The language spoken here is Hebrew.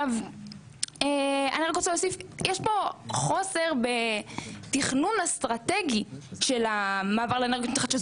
יש פה חוסר בתכנון אסטרטגי של המעבר לאנרגיות מתחדשות.